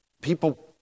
people